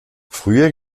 früher